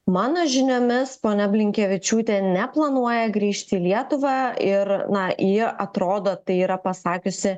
mano žiniomis ponia blinkevičiūtė neplanuoja grįžt į lietuvą ir na ji atrodo tai yra pasakiusi